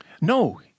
No